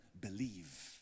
Believe